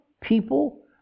people